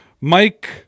Mike